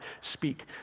speak